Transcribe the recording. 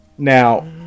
Now